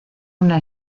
una